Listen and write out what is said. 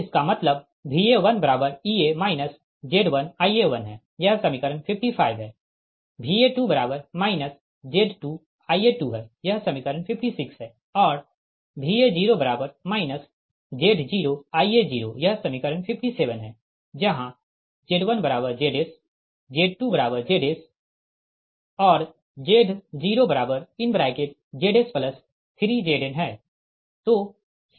इसका मतलब Va1Ea Z1Ia1 है यह समीकरण 55 है Va2 Z2Ia2 है यह समीकरण 56 है और Va0 Z0Ia0 यह समीकरण 57 है जहाँ Z1ZsZ2ZsZ0Zs3Zn है